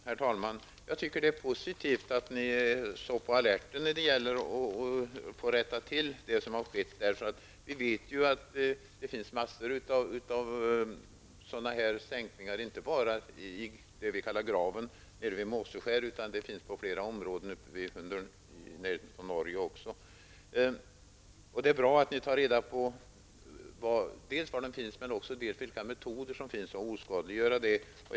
Herr talman! Jag tycker att det är positivt att ni är på alerten när det gäller att komma till rätta med det som har skett. Vi vet att det finns massor av sådana sänkningar inte bara i det vi kallar graven nere vid Måseskär, utan också på flera områden i närheten av Norge. Det är bra att ni tar reda på var de finns och också vilka metoder som finns att oskadliggöra dem.